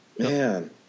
Man